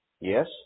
yes